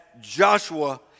Joshua